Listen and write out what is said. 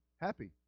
happy